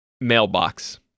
mailbox